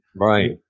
Right